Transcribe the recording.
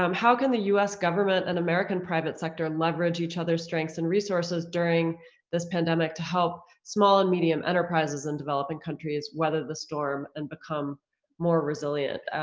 um how can the us government and american private sector leverage each other's strengths and resources during this pandemic to help small and medium enterprises in developing countries weather the storm and become more resilient?